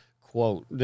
Quote